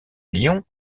lion